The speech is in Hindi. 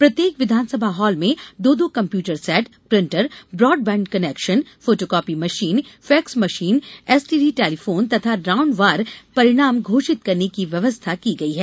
प्रत्येक विधानसभा हॉल में दो दो computer set printer broadband connection photocopy machine fax machine STD telephone तथा राउंड वार परिणाम घोषित करने की व्यवस्था की गई है